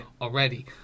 already